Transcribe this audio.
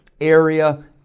area